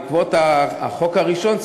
בעקבות החוק הראשון,